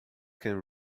can